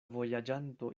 vojaĝanto